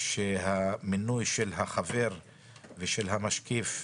שהמינוי של החבר ושל המשקיף,